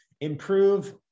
improve